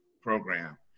program